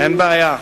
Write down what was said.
אין בעיה.